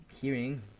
hearing